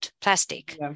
plastic